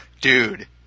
dude